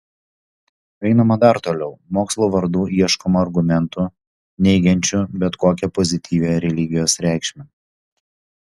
einama dar toliau mokslo vardu ieškoma argumentų neigiančių bet kokią pozityvią religijos reikšmę